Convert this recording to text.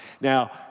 Now